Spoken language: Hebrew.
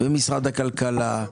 משרד הכלכלה,